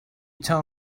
tell